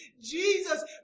Jesus